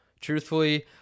Truthfully